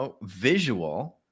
visual